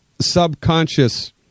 subconscious